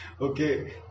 Okay